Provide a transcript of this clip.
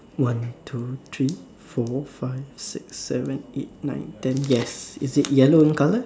one two three four five six seven eight nine ten yes is it yellow in color